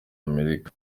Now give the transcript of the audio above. amerika